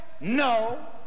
No